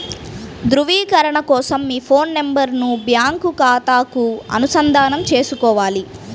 ధ్రువీకరణ కోసం మీ ఫోన్ నెంబరును బ్యాంకు ఖాతాకు అనుసంధానం చేసుకోవాలి